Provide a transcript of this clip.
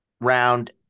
round